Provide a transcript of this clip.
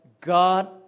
God